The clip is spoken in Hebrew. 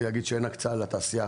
רצית להגיד שאין הקצאה לתעשייה,